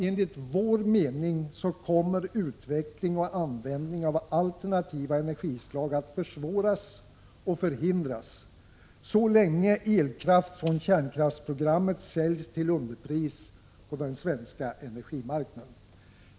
Enligt vår mening kommer utveckling och användning av alternativa energislag att försvåras och förhindras så länge elkraft från kärnkraftsprogrammet säljs till underpris på den svenska energimarknaden.